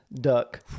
duck